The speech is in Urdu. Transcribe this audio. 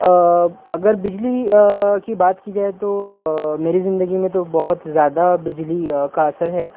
اگر بجلی کی بات کی جائے تو میری زندگی میں تو بہت زیادہ بجلی کا اثر ہے